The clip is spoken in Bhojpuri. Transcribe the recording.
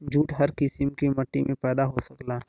जूट हर किसिम के मट्टी में पैदा हो सकला